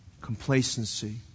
Complacency